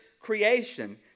creation